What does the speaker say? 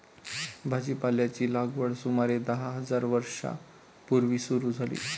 भाजीपाल्याची लागवड सुमारे दहा हजार वर्षां पूर्वी सुरू झाली